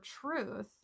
truth